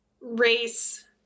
race